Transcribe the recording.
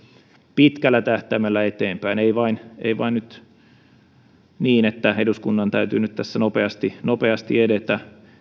pitkällä tähtäimellä eteenpäin ei vain ei vain niin että eduskunnan täytyy nyt tässä nopeasti nopeasti edetä